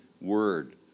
word